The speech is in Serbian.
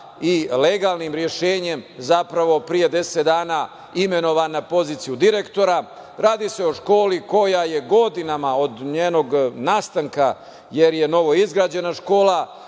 i legalnim rešenjem zapravo pre deset dana imenovan na poziciju direktora. Radi se o školi koja je godinama od njenog nastanka, jer je novoizgrađena škola,